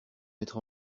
mettre